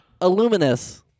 Illuminous